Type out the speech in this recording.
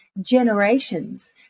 generations